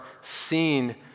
seen